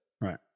Right